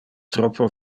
troppo